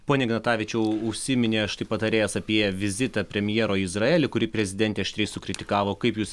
pone ignatavičiau užsiminė štai patarėjas apie vizitą premjero į izraelį kurį prezidentė aštriai sukritikavo kaip jūs